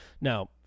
now